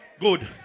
good